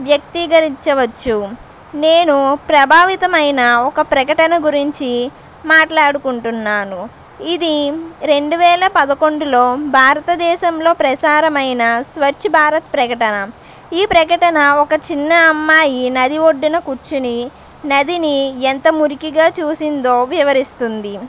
వ్యక్తీకరించవచ్చు నేను ప్రభావితమైన ఒక ప్రకటన గురించి మాట్లాడుకుంటున్నాను ఇది రెండు వేల పదకొండులో భారత దేశంలో ప్రసారమైన స్వచ్ భారత ప్రకటన ఈ ప్రకటన ఒక చిన్న అమ్మాయి నది ఒడ్డున కూర్చుని నదిని ఎంత మురికిగా చూసిందో వివరిస్తుంది